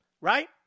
Right